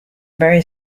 very